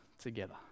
together